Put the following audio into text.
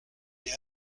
est